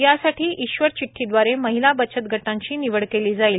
यासाठी ईश्वर चिठ्ठीदवारे महिला बचत गटांची निवड केली जाईल